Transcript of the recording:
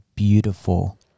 Beautiful